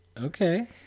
Okay